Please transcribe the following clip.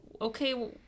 okay